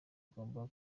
ugomba